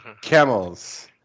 Camels